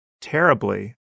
terribly